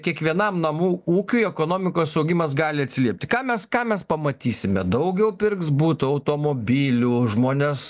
kiekvienam namų ūkiui ekonomikos augimas gali atsiliepti ką mes ką mes pamatysime daugiau pirks butų automobilių žmonės